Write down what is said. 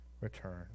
return